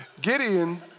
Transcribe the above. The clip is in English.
Gideon